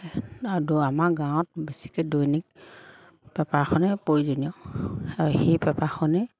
আৰু আমাৰ গাঁৱত বেছিকৈ দৈনিক পেপাৰখনে প্ৰয়োজনীয় আৰু সেই পেপাৰখনেই